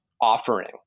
offering